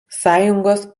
sąjungos